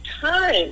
time